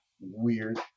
weird